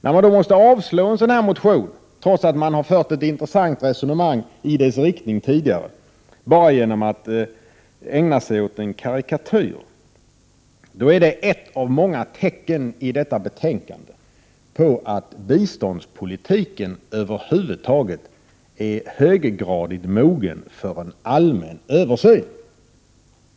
När utskottet måste avstyrka en sådan här reservation, trots att det tidigare har fört ett intressant resonemang i denna riktning, bara genom att ägna sig åt en karikatyr, är det ett av tecknen i detta betänkande på att biståndspolitiken över huvud taget är höggradigt mogen för en allmän översyn.